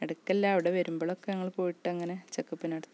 ഇടക്കല്ല അവിടെ വരുമ്പോൾ ഒക്കെ അവിടെ പോയിട്ടങ്ങനെ ചെക്കപ്പ് നടത്തും